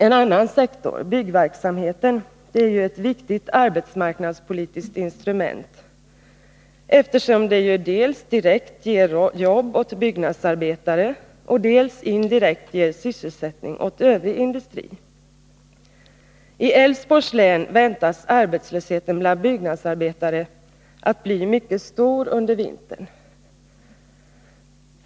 En annan sektor, byggverksamheten, är ett viktigt arbetsmarknadspolitiskt instrument, eftersom den dels direkt ger jobb åt byggnadsarbetare, dels indirekt ger sysselsättning åt övrig industri. I Älvsborgs län väntas arbetslösheten bland byggnadsarbetare att bli mycket stor under vintern.